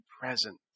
present